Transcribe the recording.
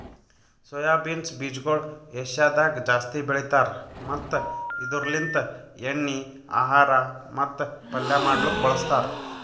soya beans ಬೀಜಗೊಳ್ ಏಷ್ಯಾದಾಗ್ ಜಾಸ್ತಿ ಬೆಳಿತಾರ್ ಮತ್ತ ಇದುರ್ ಲಿಂತ್ ಎಣ್ಣಿ, ಆಹಾರ ಮತ್ತ ಪಲ್ಯ ಮಾಡ್ಲುಕ್ ಬಳಸ್ತಾರ್